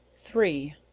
three.